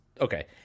Okay